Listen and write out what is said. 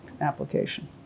application